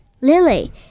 Lily